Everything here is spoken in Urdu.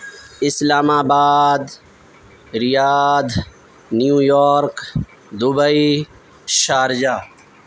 اسلام آباد Riyadh New York Dubai Sharjah